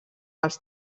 els